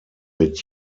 mit